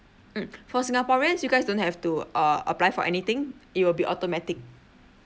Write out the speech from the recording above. mm for singaporeans you guys don't have to uh apply for anything it will be automatic